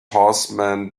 horseman